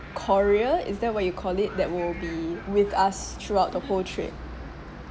courier is that what you call it that will be with us throughout the whole trip